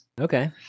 Okay